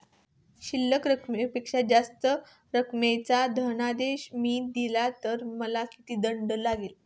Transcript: शिल्लक रकमेपेक्षा जास्त रकमेचा धनादेश मी दिला तर मला किती दंड लागेल?